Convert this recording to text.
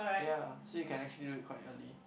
ya so you can actually do it quite early